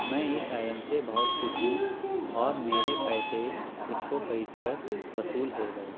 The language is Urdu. میں اس آئرن سے بہت خوش ہوں اور میرے پیسے اس کو خرید کر وصول ہو گئے